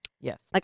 Yes